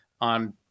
on